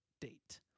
date